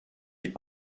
est